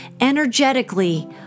energetically